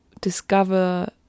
discover